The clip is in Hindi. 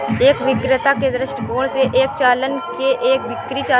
एक विक्रेता के दृष्टिकोण से, एक चालान एक बिक्री चालान है